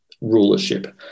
rulership